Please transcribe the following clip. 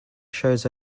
shows